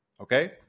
Okay